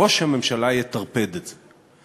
ראש הממשלה יטרפד את זה.